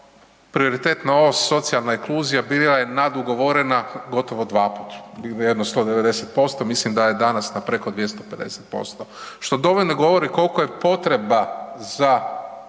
prioritetno ova socijalna inkluzija bila je nad ugovorena gotovo dva put, jedno 190% mislim da je danas na preko 250% što dovoljno govori kolika je potreba za